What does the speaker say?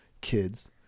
kids